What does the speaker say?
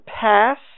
pass